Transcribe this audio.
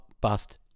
bust